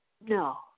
No